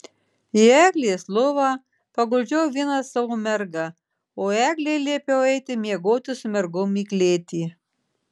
į eglės lovą paguldžiau vieną savo mergą o eglei liepiau eiti miegoti su mergom į klėtį